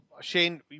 Shane